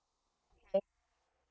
okay